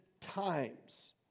times